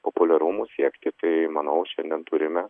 populiarumų siekti tai manau šiandien turime